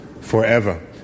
forever